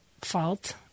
fault